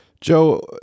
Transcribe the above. Joe